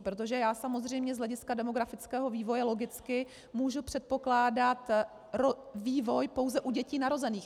Protože já samozřejmě z hlediska demografického vývoje logicky můžu předpokládat vývoj pouze u dětí narozených.